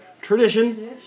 tradition